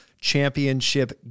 championship